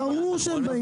ברור שהם בעניין.